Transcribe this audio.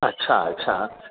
अच्छा अच्छा